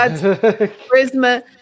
charisma